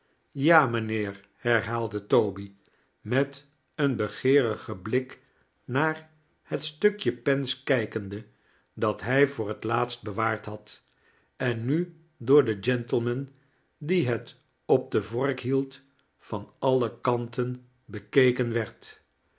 ja mijnheer herhaalde toby met een begeerigen blik naar het stukje pens kijkende dat hij voor het laatst bewaard had en mi door den gentleman die het op de vork hield van alle kanten bekeken werd